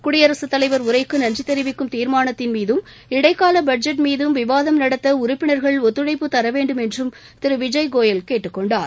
குடியரசுத் தலைவர் உரைக்கு நன்றி தெரிவிக்கும் தீர்மானத்தின் மீதும் இடைக்கால பட்ஜெட் மீதும் விவாதம் நடத்த உறுப்பினர்கள் ஒத்துழைப்புத் தர வேண்டும் என்றும் திரு விஜய்கோயல் கேட்டுக்கொண்டார்